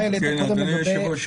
אדוני היושב-ראש,